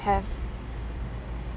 have